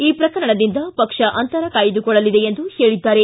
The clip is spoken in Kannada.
ಈ ಪ್ರಕರಣದಿಂದ ಪಕ್ಷವು ಅಂತರ ಕಾಯ್ದುಕೊಳ್ಳಲಿದೆ ಎಂದು ಹೇಳಿದ್ದಾರೆ